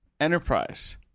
Enterprise